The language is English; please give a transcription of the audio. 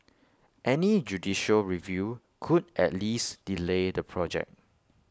any judicial review could at least delay the project